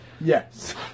Yes